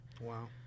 Wow